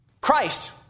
Christ